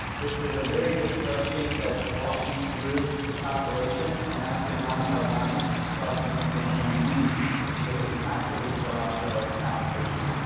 this is a very good spreadsheet that walks you through the calculation and actually line by line provides you the information you need to be able to accurately fill out the application.